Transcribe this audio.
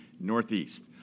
Northeast